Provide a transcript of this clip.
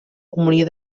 comunió